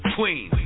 Queen